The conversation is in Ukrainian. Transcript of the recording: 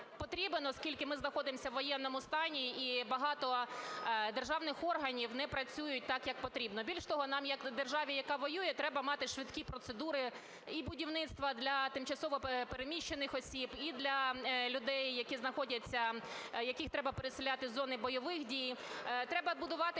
потрібен, оскільки ми знаходимося у воєнному стані і багато державних органів не працюють так, як потрібно. Більше того, нам як державі, яка воює, треба мати швидкі процедури і будівництва для тимчасово переміщених осіб і для людей, які знаходяться, яких треба переселяти із зони бойових дій. Треба будувати